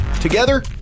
Together